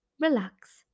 relax